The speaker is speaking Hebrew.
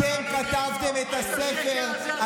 אתם כתבתם את הספר הזה.